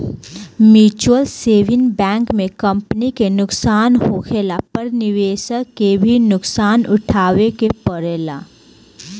mutual saving bank में company के नुकसान होखला पर निवेशक के भी नुकसान उठावे के पड़ेला